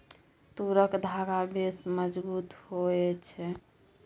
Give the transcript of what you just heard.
तूरक धागा बेस मजगुत होए छै